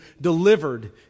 delivered